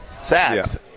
sacks